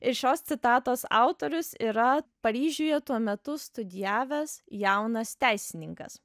ir šios citatos autorius yra paryžiuje tuo metu studijavęs jaunas teisininkas